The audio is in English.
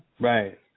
Right